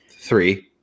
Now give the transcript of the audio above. three